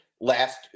last –